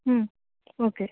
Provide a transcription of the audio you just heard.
ಹ್ಞೂ ಓಕೆ